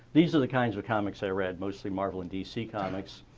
these are the kinds of comics i read, mostly marvel and dc comics